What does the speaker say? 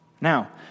Now